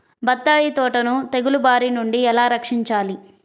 బత్తాయి తోటను తెగులు బారి నుండి ఎలా రక్షించాలి?